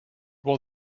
was